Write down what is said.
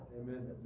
Amen